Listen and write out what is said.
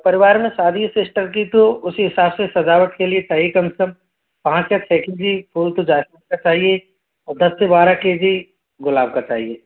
परिवार में शादी है सिस्टर की तो उसी हिसाब से सजावट के लिए सही कमीसन पाँच से छः के जी फूल तो जैस्मिन का चाहिए और दस से बारह के जी गुलाब का चाहिए